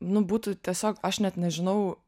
nu būtų tiesiog aš net nežinau